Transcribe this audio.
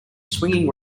swinging